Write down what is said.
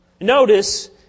Notice